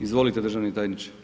Izvolite, državni tajniče.